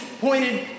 pointed